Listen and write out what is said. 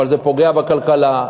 אבל זה פוגע בכלכלה,